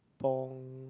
pung